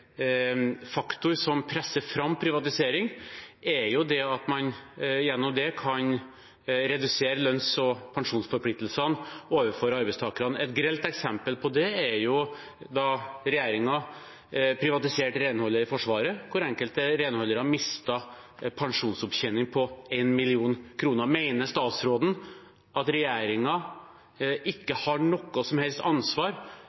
faktor som presser fram privatisering, er det at man gjennom det kan redusere lønns- og pensjonsforpliktelsene overfor arbeidstakerne. Et grelt eksempel på det er da regjeringen privatiserte renholdet i Forsvaret, der enkelte renholdere mistet pensjonsopptjening på 1 mill. kr. Mener statsråden at regjeringen ikke har noe som helst ansvar